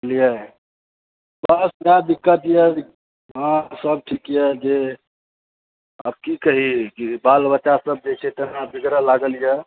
बुझलियै बस या दिक्कत अइ सब ठीक अइ जे अब की कही बात व्यवस्था सब जे अइ से बिगड़ लागल अइ